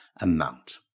amount